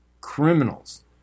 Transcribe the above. criminals